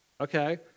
okay